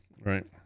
right